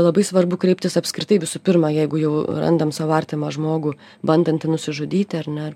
labai svarbu kreiptis apskritai visų pirma jeigu jau randam savo artimą žmogų bandantį nusižudyti ar ne ar